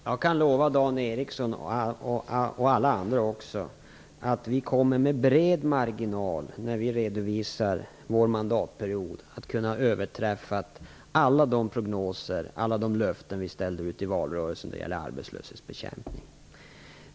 Fru talman! Jag kan lova Dan Ericsson och alla andra att när vi redovisar vår mandatperiod kommer vi med bred marginal att kunna överträffa alla de prognoser och löften som vi ställde ut i valrörelsen när det gäller arbetslöshetsbekämpning.